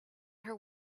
her